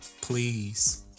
Please